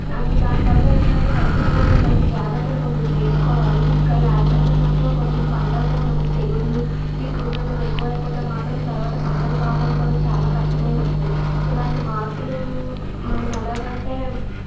అందు దానివల్ల ఏంటంటే రైతులకు కూడా ఇలాంటి జాగ్రత్తలు కొంచెం తీసుకోవాలి ఇంకా లేకపోతే మాత్రం కొంచెం పంటల్లో మనకు తెగుళ్ళు ఇప్పుడు గాని అది ఎక్కువైపోతే మాత్రం తర్వాత పంటను కాపాడుకోవడం చాలా కష్టమైపోద్ది ఇలాంటి మార్పులు మనం ఎలాగంటే